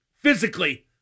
physically